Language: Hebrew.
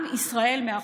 עם ישראל מאחוריכן.